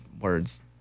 words